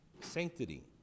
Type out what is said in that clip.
sanctity